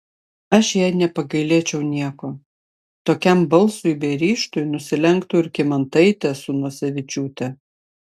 aš jai nepagailėčiau nieko tokiam balsui bei ryžtui nusilenktų ir kymantaitė su nosevičiūte